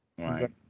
right